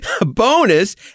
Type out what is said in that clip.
bonus